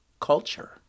culture